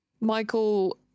Michael